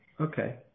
Okay